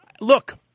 look